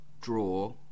draw